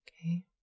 okay